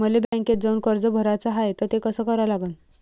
मले बँकेत जाऊन कर्ज भराच हाय त ते कस करा लागन?